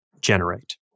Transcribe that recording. generate